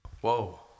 Whoa